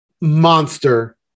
monster